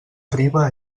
arriba